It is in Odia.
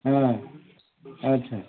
ହଁ ଆଚ୍ଛା